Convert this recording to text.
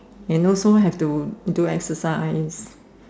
and also have to do exercise